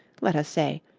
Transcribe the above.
let us say,